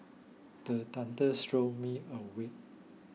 the thunders jolt me awake